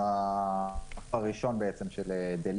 את המאיץ הראשון של ---,